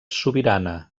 sobirana